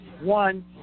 one